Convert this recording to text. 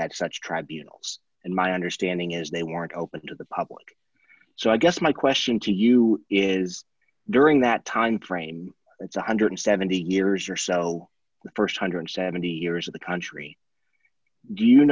had such tribunals and my understanding is they weren't open to the public so i guess my question to you is during that time frame one hundred and seventy years or so the st one hundred and seventy years of the country do you